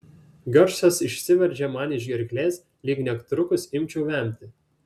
garsas išsiveržė man iš gerklės lyg netrukus imčiau vemti